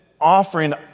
offering